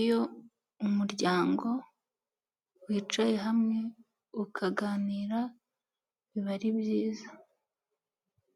Iyo umuryango wicaye hamwe ukaganira biba ari byiza,